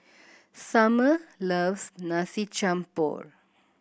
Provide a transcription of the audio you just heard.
Summer loves Nasi Campur